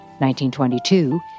1922